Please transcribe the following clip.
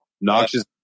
Noxious